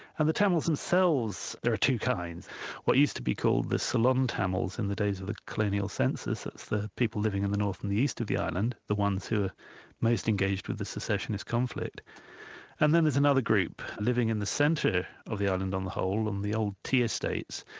and the tamils themselves, there are two kinds what used to be called the ceylon tamils in the days of the colonial census, that's the people living in the north and the east of the island, the ones who are most engaged with the secessionist conflict and then there's another group living in the centre of the island on the whole, on the old tea estates,